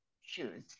shoes